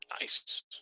Nice